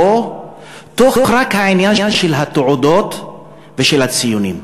רק לתוך העניין של התעודות ושל הציונים.